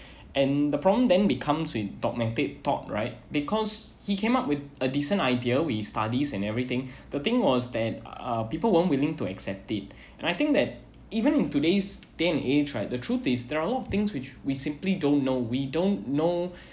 and the problem then becomes with dogmatic thought right because he came up with a decent idea with studies and everything the thing was then uh people weren't willing to accept it and I think that even in today's day and age try the truth is there are a lot of things which we simply don't know we don't know